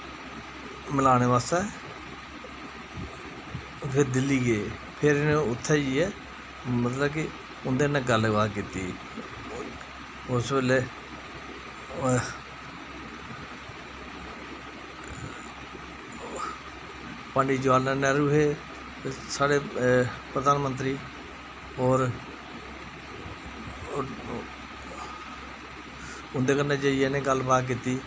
मलानै बास्तै दिल्ली गे फिर उत्थै जाइयै मतलब कि उं'दै नै गल्ल बात कीती उस बेल्लै ओह् पंडित जवाह्र लाला नैह्रू हे साढ़े प्रधानमंत्री होर उं'दे कन्नै जाइयै इ'नैं गल्ल बात कीती